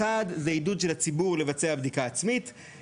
הראשון הוא עידוד של הציבור לבצע בדיקה עצמית,